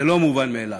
זה לא מובן מאליו,